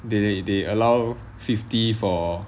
they they they allow fifty for